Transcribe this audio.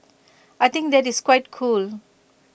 I think that is quite cool